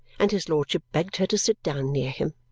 and his lordship begged her to sit down near him.